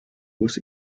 was